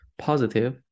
positive